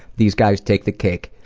these guys take the cake.